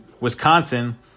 Wisconsin